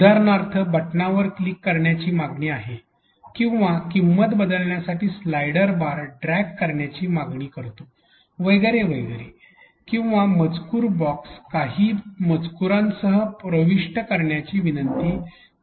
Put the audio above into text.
उदाहरणार्थ बटणावर क्लिक करण्याची मागणी आहे किंवा किंमत बदलण्यासाठी स्लाइडर बार ड्रॅग करण्याची मागणी करतो वगैरे वगैरे किंवा मजकूर बॉक्स काही मजकूरांसह प्रविष्ट करण्याची विनंती करीत आहे